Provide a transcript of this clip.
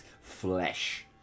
flesh